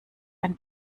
ein